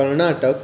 Karnataka